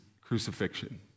crucifixion